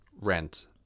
rent